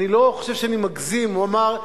אני לא חושב שאני מגזים אם אומר,